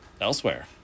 elsewhere